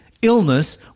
illness